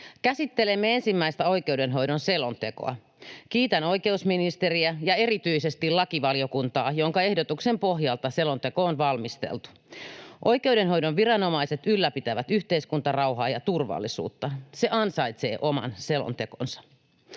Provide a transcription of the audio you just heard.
Käsittelemme ensimmäistä oikeudenhoidon selontekoa. Kiitän oikeusministeriä ja erityisesti lakivaliokuntaa, jonka ehdotuksen pohjalta selonteko on valmisteltu. Oikeudenhoidon viranomaiset ylläpitävät yhteiskuntarauhaa ja turvallisuutta. Se ansaitsee oman selontekonsa.